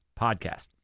podcast